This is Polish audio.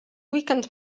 weekend